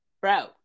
Bro